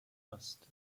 must